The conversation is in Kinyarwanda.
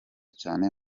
cyane